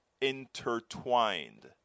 intertwined